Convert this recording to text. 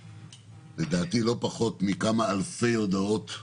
לדעתי, לא פחות מכמה אלפי הודעות,